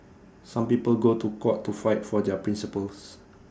some people go to court to fight for their principles